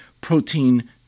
protein